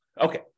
Okay